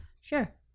Sure